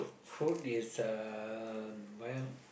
food is um well